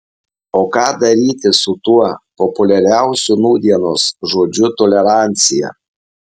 o ką daryti su tuo populiariausiu nūdienos žodžiu tolerancija